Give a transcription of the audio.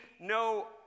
no